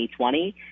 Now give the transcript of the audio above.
2020